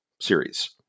series